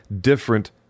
different